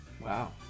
Wow